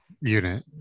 unit